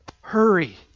Hurry